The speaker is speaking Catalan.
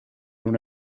una